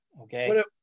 okay